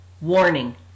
Warning